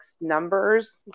numbers